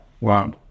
Wow